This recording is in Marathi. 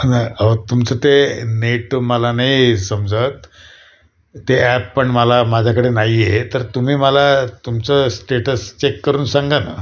नाही अहो तुमचं ते नेट मला नाही समजत ते ॲप पण मला माझ्याकडे नाही आहे तर तुम्ही मला तुमचं स्टेटस चेक करून सांगा ना